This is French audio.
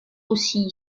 aussi